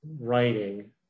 writing